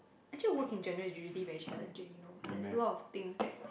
actually work in general is usually very challenging you know there's a lot of things that